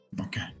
okay